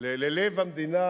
ללב המדינה,